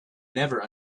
never